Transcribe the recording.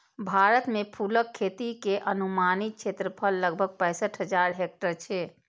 भारत मे फूलक खेती के अनुमानित क्षेत्रफल लगभग पैंसठ हजार हेक्टेयर छै